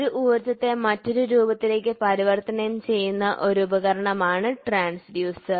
ഒരു ഊർജ്ജത്തെ മറ്റൊരു രൂപത്തിലേക്ക് പരിവർത്തനം ചെയ്യുന്ന ഒരു ഉപകരണമാണ് ട്രാൻസ്ഡ്യൂസർ